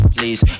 Please